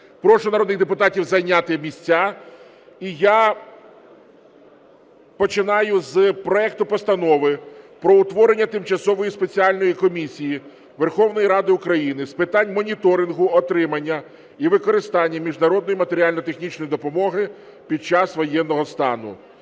Прошу народних депутатів зайняти місця, і я починаю з проекту Постанови про утворення Тимчасової спеціальної комісії Верховної Ради України з питань моніторингу отримання і використання міжнародної матеріально-технічної допомоги під час воєнного стану